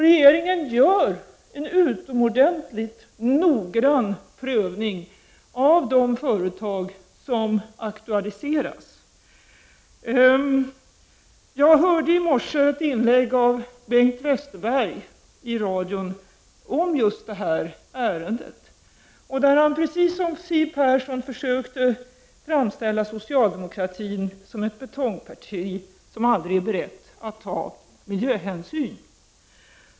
Regeringen gör en utomordentligt noggrann prövning av de företag som aktualiseras. Jag hörde i morse ett inlägg av Bengt Westerberg i radion om just det här ärendet. Precis som Siw Persson här försökte han där framställa socialdemokratin som ett betongparti, som aldrig är berett att ta miljöhänsyn.